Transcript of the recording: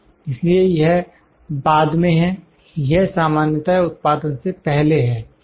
इसलिए यह बाद में है यह सामान्यतया उत्पादन से पहले है